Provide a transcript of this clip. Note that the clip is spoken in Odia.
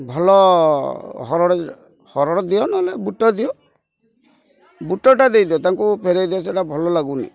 ଭଲ ହରଡ଼ ହରଡ଼ ଦିଅ ନହେଲେ ବୁଟ ଦିଅ ବୁଟ ଟା ଦେଇଦିଅ ତାଙ୍କୁ ଫେରେଇ ଦିଅ ସେଇଟା ଭଲ ଲାଗୁନି